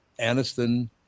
Aniston